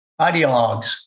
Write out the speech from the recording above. ideologues